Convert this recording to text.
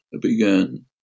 began